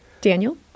Daniel